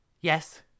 Yes